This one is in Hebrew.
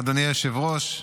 אדוני היושב-ראש,